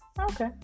Okay